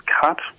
cut